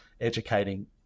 educating